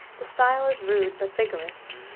the style is rude but vigorous,